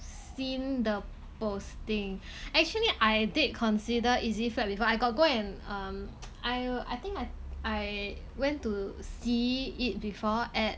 seen the posting actually I did consider easy flap before I got go and um I uh I think I went to see it before at